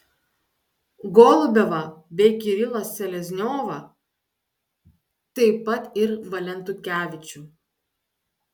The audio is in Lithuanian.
golubevą bei kirilą selezniovą taip pat ir valentukevičių